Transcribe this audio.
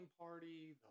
party